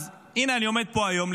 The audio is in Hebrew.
אז הינה אני עומד פה היום,